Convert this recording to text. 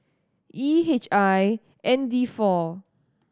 E H I N D four